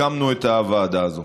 הקמנו את הוועדה הזאת.